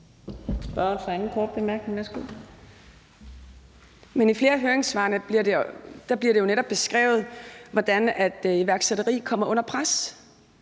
i flere af høringssvarene bliver det jo netop beskrevet, hvordan iværksætteri kommer under pres.